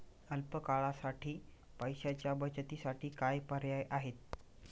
अल्प काळासाठी पैशाच्या बचतीसाठी काय पर्याय आहेत?